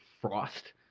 Frost